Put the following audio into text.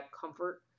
comfort